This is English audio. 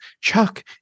Chuck